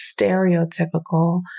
stereotypical